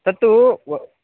तत्तु व्